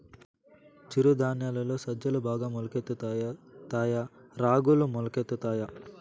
చిరు ధాన్యాలలో సజ్జలు బాగా మొలకెత్తుతాయా తాయా రాగులు మొలకెత్తుతాయా